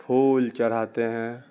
پھول چڑھاتے ہیں